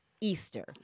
Easter